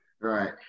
Right